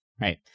right